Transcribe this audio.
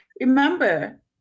Remember